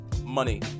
Money